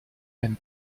aime